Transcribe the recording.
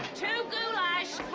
two goulash,